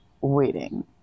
waiting